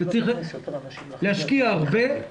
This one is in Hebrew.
אתה צריך להשקיע הרבה,